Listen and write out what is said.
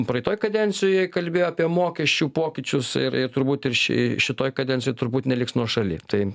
praeitoj kadencijoj kalbėjo apie mokesčių pokyčius ir ir turbūt ir ši šitoj kadencijoj turbūt neliks nuošaly tai